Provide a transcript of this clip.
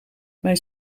mijn